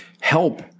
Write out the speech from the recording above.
help